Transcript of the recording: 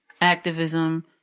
activism